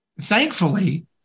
thankfully